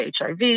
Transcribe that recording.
HIV